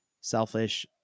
selfish